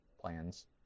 plans